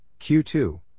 Q2